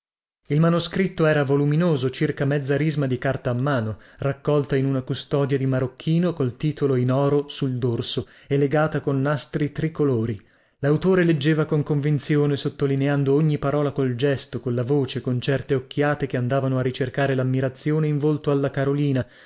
il manoscritto era voluminoso circa mezza risma di carta a mano raccolta in una custodia di marrocchino col titolo in oro sul dorso e legata con nastri tricolori lautore leggeva con convinzione sottolineando ogni parola col gesto colla voce con certe occhiate che andavano a ricercare lammirazione in volto alla carolina